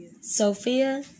Sophia